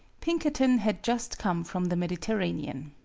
pinkerton had just come from the medi terranean.